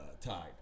Tied